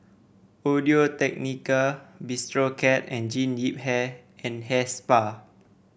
Audio Technica Bistro Cat and Jean Yip Hair and Hair Spa